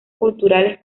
culturales